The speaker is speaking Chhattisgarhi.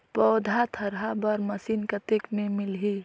पौधा थरहा बर मशीन कतेक मे मिलही?